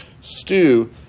stew